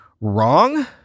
wrong